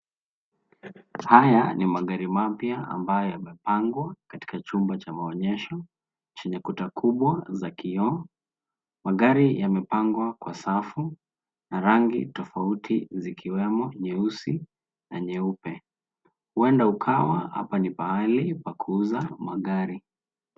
Haya ni magari mapya ambayo yamepangwa katika chumba cha maonyesho, chenye kuta kubwa za kioo, magari yamepangwa kwa safu na rangi tofauti zikiwemo nyeusi na nyeupe. Huenda ukawa hapa ni pahali pa kuuza magari.